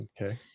Okay